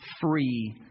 free